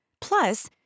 plus